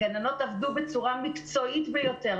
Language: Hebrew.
הגננות עבדו בצורה מקצועית ביותר,